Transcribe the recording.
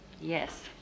yes